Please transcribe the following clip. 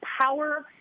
power